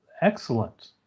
excellent